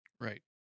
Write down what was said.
Right